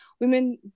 women